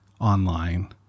online